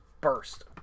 burst